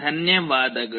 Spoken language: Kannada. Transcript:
ಧನ್ಯವಾದಗಳು